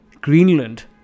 Greenland